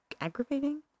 aggravating